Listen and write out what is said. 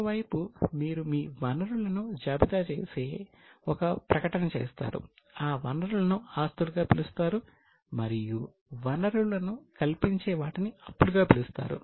మరొక వైపు మీరు మీ వనరులను జాబితా చేసే ఒక ప్రకటన చేస్తారు ఆ వనరులను ఆస్తులుగా పిలుస్తారు మరియు వనరులను కల్పించే వాటిని అప్పులు గా పిలుస్తారు